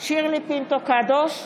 שירלי פינטו קדוש,